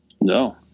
No